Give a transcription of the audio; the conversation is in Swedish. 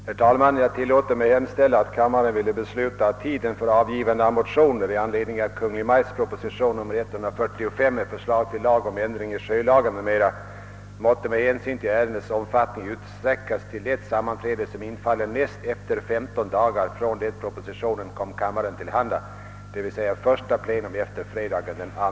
Herr talman! Jag tillåter mig hemställa, att kammaren ville besluta, att tiden för avgivande av motioner i anledning av Kungl. Maj:ts proposition nr 145, med förslag till lag om ändring i sjölagen m.m., måtte med hänsyn till ärendets omfattning utsträckas till det sammanträde, som infaller näst efter femton dagar från det propositionen